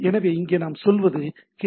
எனவே இங்கே நாம் சொல்வது ஹெச்